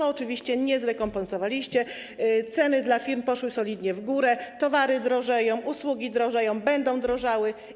Oczywiście nie zrekompensowaliście, ceny dla firm poszły solidnie w górę, towary drożeją, usługi drożeją, będą drożały.